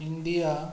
India